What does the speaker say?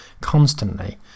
constantly